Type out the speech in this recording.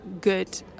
good